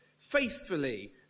faithfully